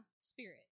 spirit